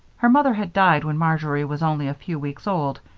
her mother had died when marjory was only a few weeks old,